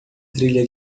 trilha